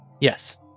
Yes